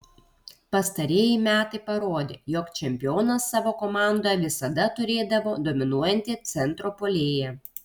pastarieji metai parodė jog čempionas savo komandoje visada turėdavo dominuojantį centro puolėją